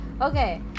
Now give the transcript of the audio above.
okay